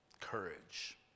Courage